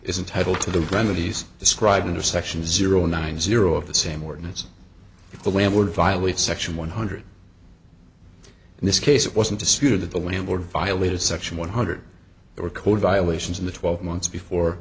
isn't title to the remedies described under section zero nine zero of the same ordinance if the landlord violate section one hundred in this case it wasn't disputed that the landlord violated section one hundred or code violations in the twelve months before